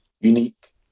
Unique